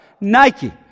Nike